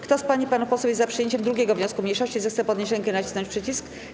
Kto z pań i panów posłów jest za przyjęciem 2. wniosku mniejszości, zechce podnieść rękę i nacisnąć przycisk.